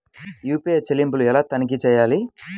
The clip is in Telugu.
యూ.పీ.ఐ చెల్లింపులు ఎలా తనిఖీ చేయాలి?